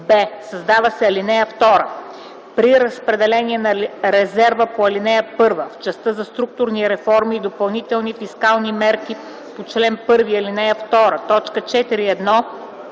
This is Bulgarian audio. б) Създава се ал. 2: „(2) При разпределение на резерва по ал. 1 в частта за структурни реформи и допълнителни фискални мерки по чл. 1, ал. 2, т. 4.1.